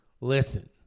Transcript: listen